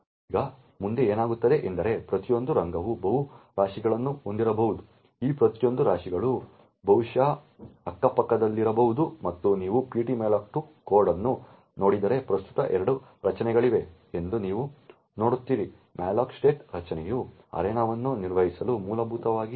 ಈಗ ಮುಂದೆ ಏನಾಗುತ್ತದೆ ಎಂದರೆ ಪ್ರತಿಯೊಂದು ರಂಗವು ಬಹು ರಾಶಿಗಳನ್ನು ಹೊಂದಿರಬಹುದು ಈ ಪ್ರತಿಯೊಂದು ರಾಶಿಗಳು ಬಹುಶಃ ಅಕ್ಕಪಕ್ಕದಲ್ಲಿರಬಹುದು ಮತ್ತು ನೀವು ptmalloc2 ಕೋಡ್ ಅನ್ನು ನೋಡಿದರೆ ಪ್ರಸ್ತುತ 2 ರಚನೆಗಳಿವೆ ಎಂದು ನೀವು ನೋಡುತ್ತೀರಿ malloc state ರಚನೆಯು ಅರೇನಾವನ್ನು ನಿರ್ವಹಿಸಲು ಮೂಲಭೂತವಾಗಿ ಬಳಸಲಾಗುತ್ತದೆ